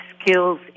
skills